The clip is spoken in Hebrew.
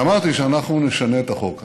ואמרתי שאנחנו נשנה את החוק.